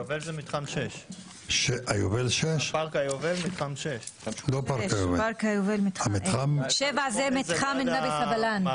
פארק היובל זה מתחם 6. 7 זה מתחם נבי סבלאן.